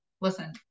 listen